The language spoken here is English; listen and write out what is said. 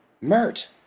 Mert